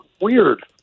weird